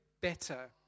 better